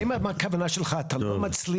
האם הכוונה שלך זה שאתה לא מצליח